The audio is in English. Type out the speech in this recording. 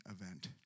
event